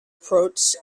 approach